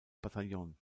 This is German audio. bataillon